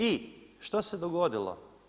I što se dogodilo?